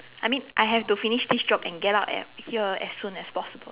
I mean I have to finish this job and get out at here as soon as possible